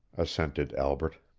assented albret.